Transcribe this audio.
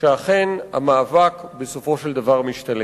שאכן המאבק בסופו של דבר משתלם.